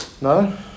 No